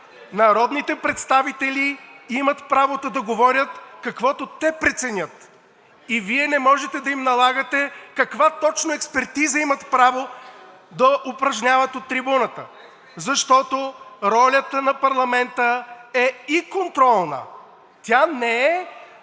народните представители имат правото да говорят каквото те преценят. Вие не можете да им налагате каква точно експертиза имат право да упражняват от трибуната, защото ролята на парламента е и контролна, тя не е изпълнителна